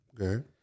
Okay